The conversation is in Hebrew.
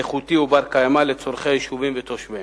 איכותי ובר-קיימא על צורכי היישובים ותושביהם.